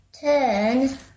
turn